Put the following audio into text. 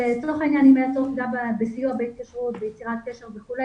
סיוע ביצירת קשר וכו',